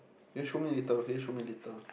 just show me later okay show me later